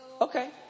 Okay